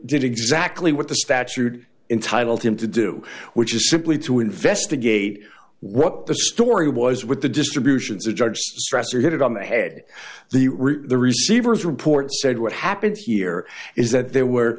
did exactly what the statute entitled him to do which is simply to investigate what the story was with the distributions of judge stress or did it on the head the receivers report said what happened here is that there were